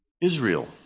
Israel